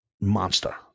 monster